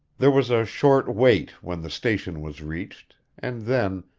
there was a short wait when the station was reached, and then,